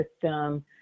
system